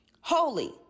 holy